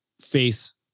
face